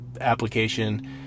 application